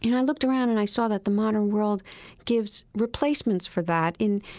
you know i looked around and i saw that the modern world gives replacements for that in